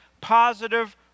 positive